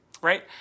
right